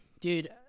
dude